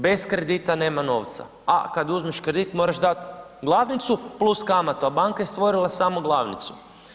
Bez kredita nema novca, a kad uzmeš kredit, moraš dati glavnicu + kamata, a banka je stvorila samo glavnicu.